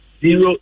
zero